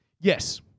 Yes